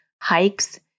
hikes